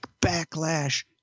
backlash